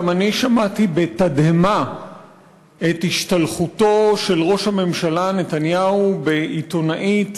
גם אני שמעתי בתדהמה את השתלחותו של ראש הממשלה נתניהו בעיתונאית,